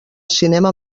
cinema